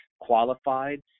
qualified